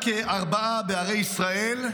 רק ארבע בערי ישראל,